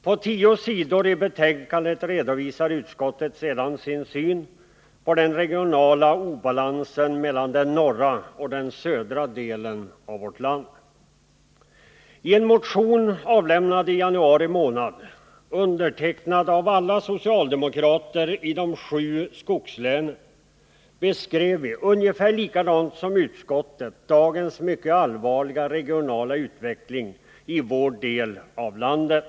På tio sidor i betänkandet redovisar utskottet sedan sin syn på den regionala obalansen mellan den norra och den södra delen av vårt land. I en motion avlämnad i januari månad och undertecknad av alla socialdemokrater i de sju skogslänen beskrev vi, ungefär likadant som utskottet, dagens mycket allvarliga regionala utveckling i vår del av landet.